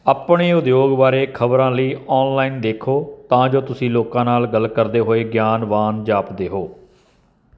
ਆਪਣੇ ਉਦਯੋਗ ਬਾਰੇ ਖ਼ਬਰਾਂ ਲਈ ਔਨਲਾਈਨ ਦੇਖੋ ਤਾਂ ਜੋ ਤੁਸੀਂ ਲੋਕਾਂ ਨਾਲ ਗੱਲ ਕਰਦੇ ਹੋਏ ਗਿਆਨਵਾਨ ਜਾਪਦੇ ਹੋ